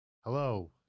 Hello